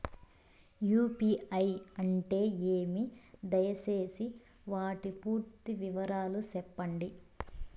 UPI అంటే ఏమి? దయసేసి వాటి పూర్తి వివరాలు సెప్పండి?